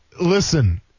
listen